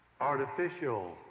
artificial